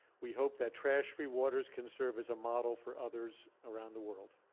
we hope that trash free waters can serve as a model for others around the world.